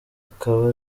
akaba